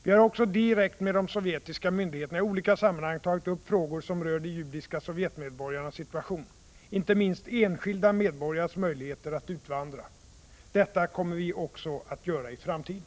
Vi har också direkt med de sovjetiska myndigheterna i olika sammanhang tagit upp frågor som rör de judiska sovjetmedborgarnas situation, inte minst enskilda medborgares möjligheter att utvandra. Detta kommer vi också att göra i framtiden.